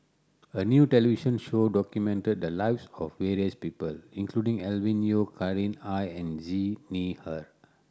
a new television show documented the lives of various people including Alvin Yeo Khirn Hai and Xi Ni Er